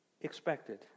expected